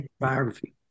biography